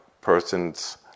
person's